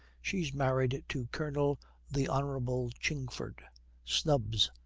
she's married to colonel the hon. chingford snubs,